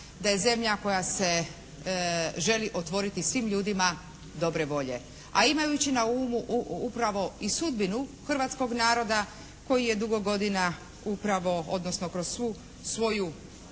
da je zemlja koja se želi otvoriti svim ljudima dobre volje. A imajući na umu upravo i sudbinu hrvatskog naroda koji je dugo godina upravo odnosno kroz svu